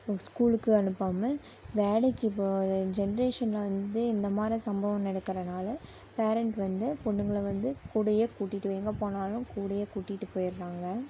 ஸ்கூலுக்கு அனுப்பாமல் வேலைக்குப் போகிற ஜென்ரேஷனில் வந்து இந்த மாதிரி சம்பவம் நடக்கிறனால பேரன்ட் வந்து பொண்ணுங்களை வந்து கூடேயே கூட்டிகிட்டு எங்கே போனாலும் கூடேயே கூட்டிகிட்டு போயிடுறாங்க